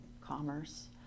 commerce